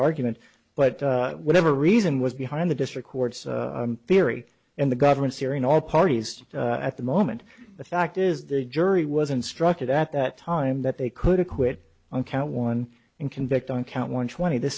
argument but whatever reason was behind the district court's theory and the government searing all parties at the moment the fact is the jury was instructed at that time that they could acquit on count one and convict on count one twenty t